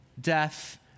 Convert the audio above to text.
Death